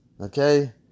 okay